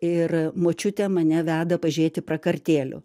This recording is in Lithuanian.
ir močiutė mane veda pažiūrėti prakartėlių